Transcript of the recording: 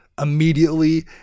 immediately